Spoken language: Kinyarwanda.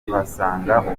tuhasanga